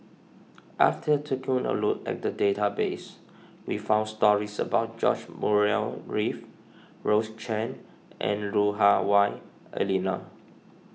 after taking a look at the database we found stories about George Murray Reith Rose Chan and Lu Hah Wah Elena